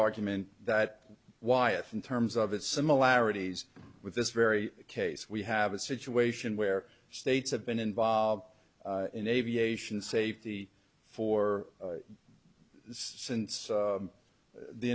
argument that why it's in terms of its similarities with this very case we have a situation where states have been involved in aviation safety for since the